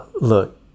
look